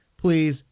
please